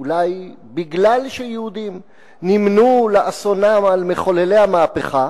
אולי מפני שיהודים נמנו לאסונם על מחוללי המהפכה,